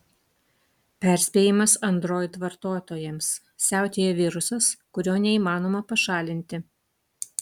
perspėjimas android vartotojams siautėja virusas kurio neįmanoma pašalinti